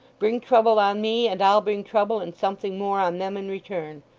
bring trouble on me, and i'll bring trouble and something more on them in return.